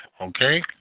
okay